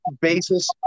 basis